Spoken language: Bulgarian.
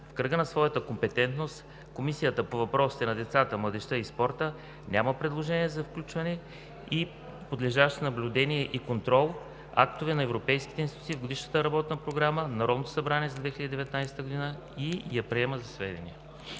В кръга на своята компетентност Комисията по въпросите на децата, младежта и спорта няма предложение за включване и подлежащи на наблюдение и контрол актове на европейските институции в Годишната работна програма на Народното събрание за 2019 г. и я приема за сведение.“